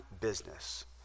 business